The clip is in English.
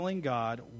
God